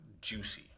juicy